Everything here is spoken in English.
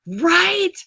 right